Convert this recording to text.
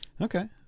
Okay